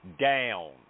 down